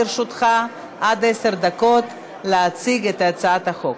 לרשותך עד עשר דקות להציג את הצעת החוק.